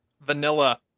vanilla